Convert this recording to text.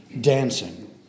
dancing